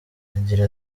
agira